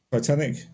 Titanic